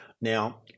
Now